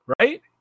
right